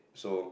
so